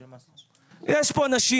יש פה אנשים